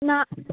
ना